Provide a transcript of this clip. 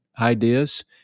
ideas